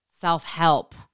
self-help